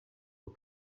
aux